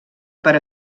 per